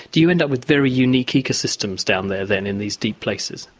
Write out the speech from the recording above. do you end up with very unique ecosystems down there then in these deep places?